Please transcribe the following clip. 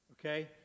okay